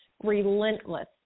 relentless